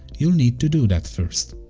you'll need to do that first.